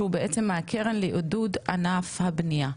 שהוא בעצם מהקרן לעידוד ענף הבנייה.